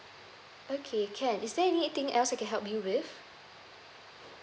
okay can is there anything else I can help you with